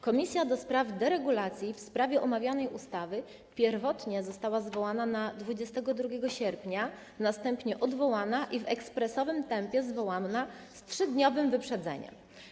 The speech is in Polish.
Komisja do spraw deregulacji w sprawie omawianej ustawy pierwotnie została zwołana na 22 sierpnia, następnie odwołana i w ekspresowym tempie zwołana z 3-dniowym wyprzedzeniem.